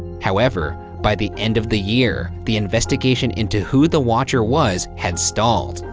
however, by the end of the year, the investigation into who the watcher was had stalled.